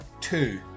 two